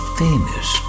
famous